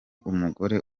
umugore